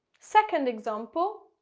second example,